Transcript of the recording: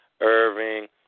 Irving